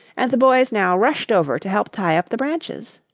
and the boys now rushed over to help tie up the branches.